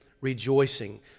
rejoicing